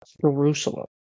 Jerusalem